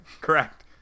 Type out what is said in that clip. correct